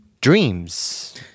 Dreams